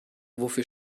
wofür